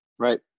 Right